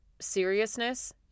seriousness